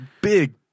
big